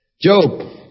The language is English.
Job